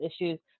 issues